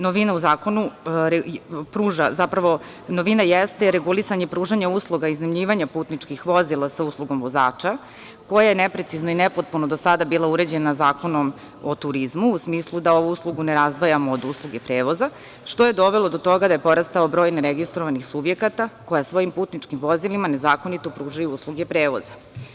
Novina u zakonu pruža, zapravo novina jeste regulisanje pružanja usluga i iznajmljivanja putničkih vozila sa uslugom vozača, koje je neprecizno i nepotpuno do sada bilo uređeno Zakonom o turizmu u smislu da ovu uslugu ne razdvajamo od usluge prevoza, što je dovelo do toga da je porastao broj neregistrovanih subjekata koja svojim putničkim vozilima nezakonito pružaju usluge prevoza.